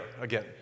again